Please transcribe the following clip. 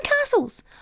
castles